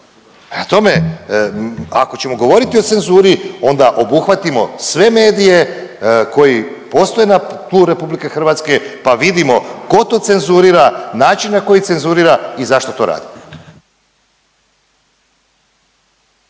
tome, ako ćemo govoriti o cenzuri, onda obuhvatimo sve medije koji postoje na tlu RH pa vidimo tko to cenzurira, način na koji cenzurira i zašto to radi.